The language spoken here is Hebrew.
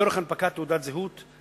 לצורך הנפקת תעודת זהות.